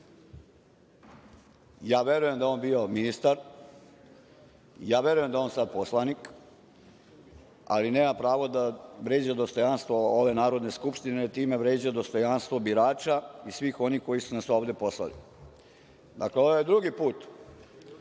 Ja verujem da je on bio ministar, ja verujem da je on sada poslanik, ali nema pravo da vređa dostojanstvo ove Narodne skupštine, jer time vređa dostojanstvo birača i svih onih koji su nas ovde poslali. To je drugi put